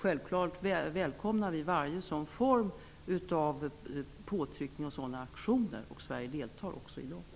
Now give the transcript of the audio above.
Självfallet välkomnar vi varje sådan form av påtryckning och sådana aktioner, och Sverige deltar också i dessa.